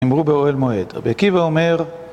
נמרו באוהל מועד, רבי עקיבא אומר